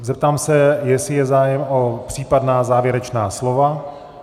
Zeptám se, jestli je zájem o případná závěrečná slova?